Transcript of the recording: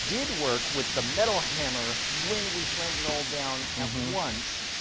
did work with the metal hammer when we slammed it all down at once.